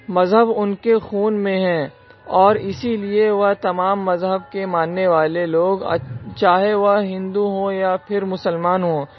مذہب ان کے خون میں ہے اور اسی لیے وہ تمام مذہب کے ماننے والے لوگ چاہے وہ ہندو ہوں یا پھر مسلمان ہوں